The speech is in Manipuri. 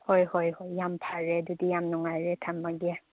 ꯍꯣꯏ ꯍꯣꯏ ꯍꯣꯏ ꯌꯥꯝ ꯐꯔꯦ ꯑꯗꯗꯤ ꯌꯥꯝ ꯅꯨꯡꯉꯥꯏꯔꯦ ꯊꯝꯂꯒꯦ